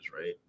right